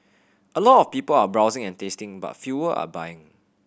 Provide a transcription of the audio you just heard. a lot of people are browsing and tasting but fewer are buying